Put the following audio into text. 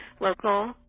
local